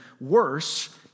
worse